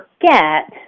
forget